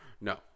No